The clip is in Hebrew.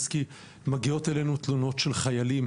מגיעות אלינו תלונות של חיילים